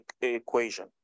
equation